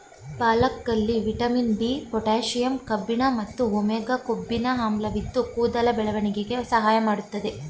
ಪಾಲಕಲ್ಲಿ vitamin B, potassium ಕಬ್ಬಿಣ ಮತ್ತು omega ಕೊಬ್ಬಿನ ಆಮ್ಲವಿದ್ದು ಕೂದಲ ಬೆಳವಣಿಗೆಗೆ ಸಹಾಯ ಮಾಡ್ತದೆ